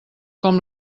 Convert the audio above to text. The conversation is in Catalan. com